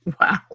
Wow